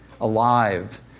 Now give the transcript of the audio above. alive